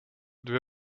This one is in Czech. dvě